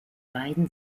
beiden